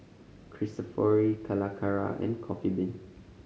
Cristofori Calacara and Coffee Bean